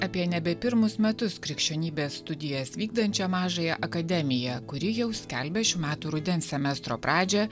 apie nebe pirmus metus krikščionybės studijas vykdančią mažąją akademiją kuri jau skelbia šių metų rudens semestro pradžią